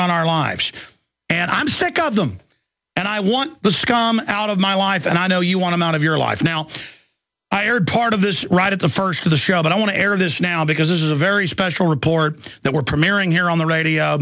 run our lives and i'm sick of them and i want the scum out of my life and i know you are i'm out of your life now i heard part of this right at the first of the show but i want to air this now because this is a very special report that we're premiering here on the radio